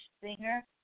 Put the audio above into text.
singer